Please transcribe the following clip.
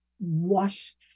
wash